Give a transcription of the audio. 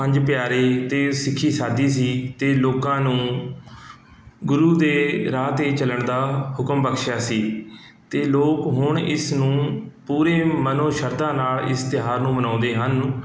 ਪੰਜ ਪਿਆਰੇ ਅਤੇ ਸਿੱਖੀ ਸਾਦੀ ਸੀ ਅਤੇ ਲੋਕਾਂ ਨੂੰ ਗੁਰੂ ਦੇ ਰਾਹ 'ਤੇ ਚੱਲਣ ਦਾ ਹੁਕਮ ਬਖਸ਼ਿਆ ਸੀ ਅਤੇ ਲੋਕ ਹੁਣ ਇਸ ਨੂੰ ਪੂਰੇ ਮਨੋ ਸ਼ਰਧਾ ਨਾਲ ਇਸ ਤਿਉਹਾਰ ਨੂੰ ਮਨਾਉਂਦੇ ਹਨ